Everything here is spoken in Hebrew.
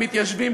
המתיישבים,